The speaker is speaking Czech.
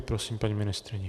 Prosím paní ministryni.